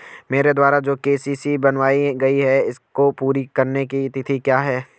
मेरे द्वारा जो के.सी.सी बनवायी गयी है इसको पूरी करने की तिथि क्या है?